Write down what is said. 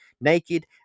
naked